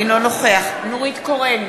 אינו נוכח נורית קורן,